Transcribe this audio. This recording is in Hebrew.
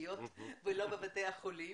חגיגיות כאלה ולא בבתי החולים.